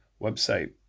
website